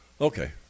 Okay